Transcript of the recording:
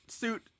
suit